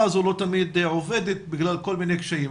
הזאת לא תמיד עובדת בגלל כל מיני קשיים.